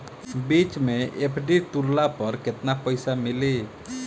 बीच मे एफ.डी तुड़ला पर केतना पईसा मिली?